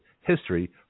history